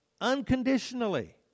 unconditionally